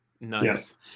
nice